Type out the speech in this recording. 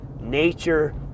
nature